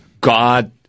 God